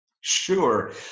Sure